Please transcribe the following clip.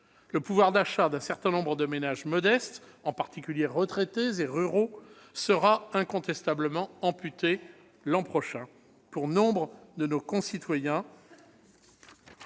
Le pouvoir d'achat d'un certain nombre de ménages modestes, en particulier retraités et ruraux, sera incontestablement amputé l'an prochain. Pour nombre de nos concitoyens,